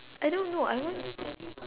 I don't know I want